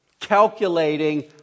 calculating